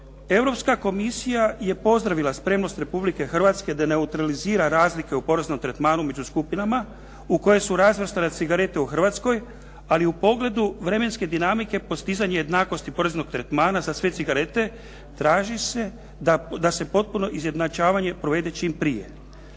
Europska komisija je pozdravila spremnost Republike Hrvatske da neutralizira razlike u poreznom tretmanu među skupinama u koje su razvrstane cigarete u Hrvatskoj ali u pogledu vremenske dinamike postizanje jednakosti poreznog tretmana za sve cigarete, traži se da se potpuno izjednačavanje provede čim prije.